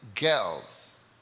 girls